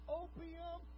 opium